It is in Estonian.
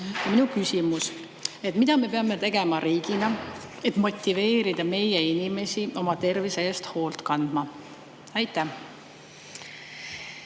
Minu küsimus: mida me peame riigina tegema, et motiveerida meie inimesi oma tervise eest hoolt kandma? Aitäh,